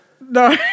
No